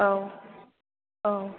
औ औ